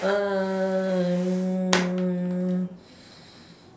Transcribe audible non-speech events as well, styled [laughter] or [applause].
uh mm [breath]